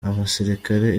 abasirikare